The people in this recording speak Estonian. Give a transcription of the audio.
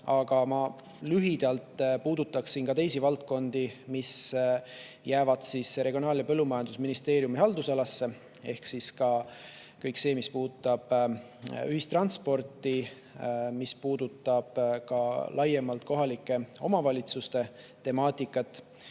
aga ma lühidalt puudutaksin ka teisi valdkondi, mis jäävad Regionaal- ja Põllumajandusministeeriumi haldusalasse, ehk siis kõike seda, mis puudutab ühistransporti, mis puudutab laiemalt kohalike omavalitsuste temaatikat,